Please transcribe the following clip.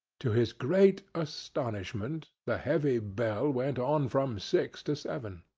to his great astonishment the heavy bell went on from six to seven,